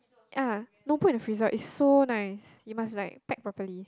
ah no put in the freezer is so nice you must like pack properly